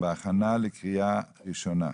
בהכנה לקריאה ראשונה.